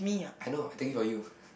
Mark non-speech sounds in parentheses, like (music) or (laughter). I know I thinking about you (laughs)